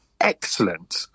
excellent